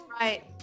Right